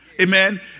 amen